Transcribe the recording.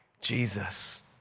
Jesus